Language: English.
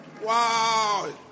Wow